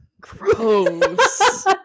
Gross